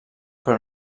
però